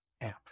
app